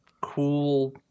cool